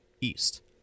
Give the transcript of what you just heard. East